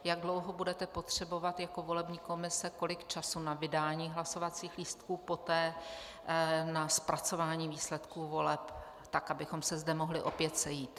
Jak dlouho budete potřebovat jako volební komise, kolik času na vydání hlasovacích lístků, poté na zpracování výsledků voleb tak, abychom se zde mohli opět sejít?